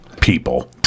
people